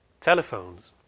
telephones